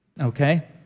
okay